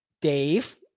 Dave